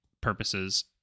purposes